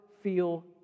feel